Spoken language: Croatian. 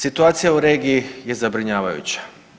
Situacija u regiji je zabrinjavajuća.